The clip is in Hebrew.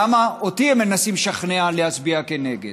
למה אותי הם מנסים לשכנע להצביע כנגד?